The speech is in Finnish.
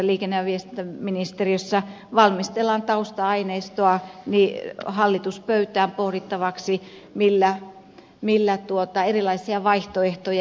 liikenne ja viestintäministeriössä valmistellaan tausta aineistoa hallituspöytään pohdittavaksi mitä erilaisia vaihtoehtoja on